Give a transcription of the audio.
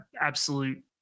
absolute